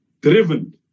driven